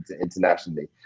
internationally